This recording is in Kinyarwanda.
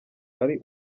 ari